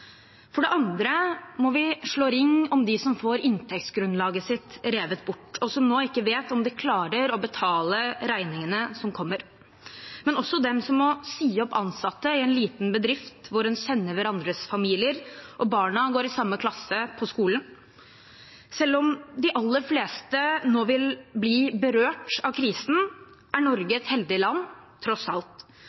For det andre må vi slå ring om dem som får inntektsgrunnlaget sitt revet bort, og som nå ikke vet om de klarer å betale regningene som kommer, men også dem som må si opp ansatte i en liten bedrift, hvor en kjenner hverandres familier og barna går i samme klasse på skolen. Selv om de aller fleste nå vil bli berørt av krisen, er Norge et heldig land, tross alt.